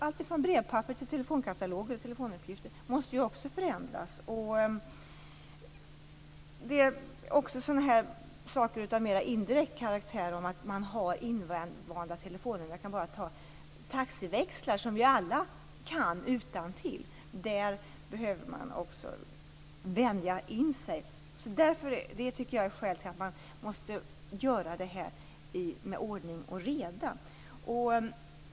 Allt från brevpapper till telefonkataloger och telefonuppgifter måste också förändras. Också sådant av mer indirekt karaktär - att man har invanda telefonnummer, t.ex. numren till taxiväxlarna, som vi alla kan utantill - behöver man vänja sig vid. Det är skälet till att detta arbete måste ske med ordning och reda.